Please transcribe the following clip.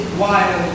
wild